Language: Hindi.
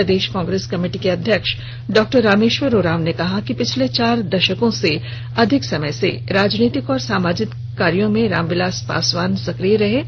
प्रदेश कांग्रेस कमिटी के अध्यक्ष डा रामेश्वर उराँव ने कहा कि पिछले चार दशकों से अधिक समय से राजनीतिक और सामाजिक कार्यों में रामविलास पासवान सक्रिय थे